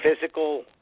physical